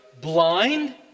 blind